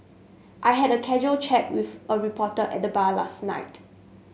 I had a casual chat with a reporter at the bar last night